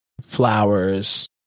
flowers